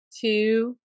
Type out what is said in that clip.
two